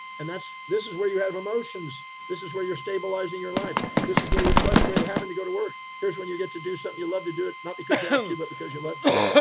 and that's, this is where you have emotions. this is where you're stabilizing your life. this is where you're frustrated having to go to work. here's when you get to do something, you love to do it. not because you have to, but because you love to,